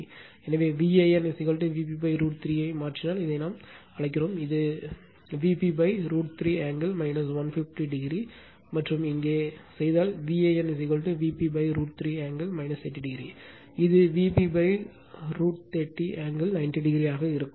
எனவே Van Vp √ 3 ஐ மாற்றினால் இதை நாம் அழைக்கிறோம் இது Vp √ 3 ஆங்கிள் 150o மற்றும் இங்கே செய்தால் Van Vp √ 3 ஆங்கிள் 30 இது Vp √ 30 ஆங்கிள் 90o ஆக இருக்கும்